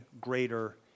greater